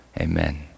Amen